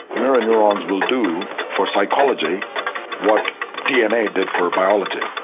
mirror neurons will do for psychology what dna did for biology,